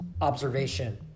observation